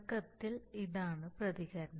തുടക്കത്തിൽ ഇതാണ് പ്രതികരണം